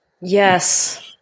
Yes